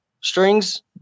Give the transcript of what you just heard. strings